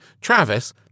Travis